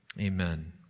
Amen